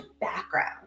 background